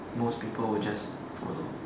most people would just follow